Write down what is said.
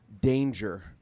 danger